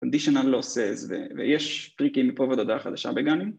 קונדישיונל לא עושה את זה ויש טריקים מפה ועוד הודעה חדשה וגם